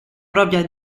propria